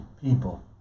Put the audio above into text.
people